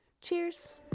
Cheers